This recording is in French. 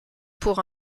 pour